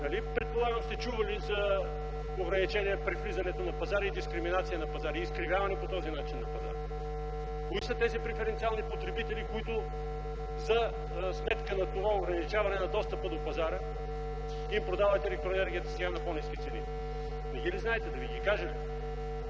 предполагам, сте чували за ограничения при влизането на пазара и дискриминация на пазара и изкривяване по този начин на пазара? Кои са тези преференциални потребители, на които, за сметка на това ограничаване на достъпа до пазара, им продавате електроенергията сега на по-ниски цени? Не ги ли знаете, да Ви ги кажа